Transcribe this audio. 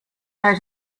out